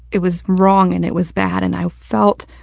it was wrong and it was bad and i felt,